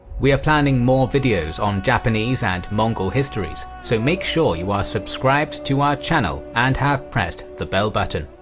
we are planning more videos on the japanese and mongol histories, so make sure you are subscribed to our channel and have pressed the bell button.